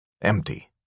Empty